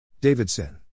Davidson